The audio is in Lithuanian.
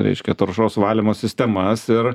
reiškia taršos valymo sistemas ir